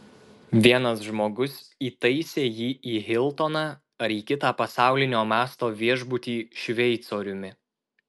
vienas žmogus įtaisė jį į hiltoną ar į kitą pasaulinio masto viešbutį šveicoriumi